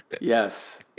yes